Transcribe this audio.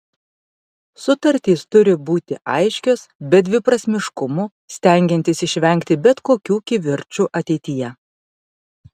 sutartys turi būti aiškios be dviprasmiškumų stengiantis išvengti bet kokių kivirčų ateityje